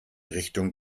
richtung